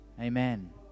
Amen